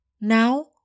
Now